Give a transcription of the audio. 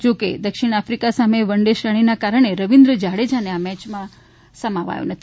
જોકે દક્ષિણ આફિકા સામે વન ડે શ્રેણીના કારણે રવિન્દ્ર જાડેજાનો આ મેચમાં સમાવેશ કરાવ્યો નથી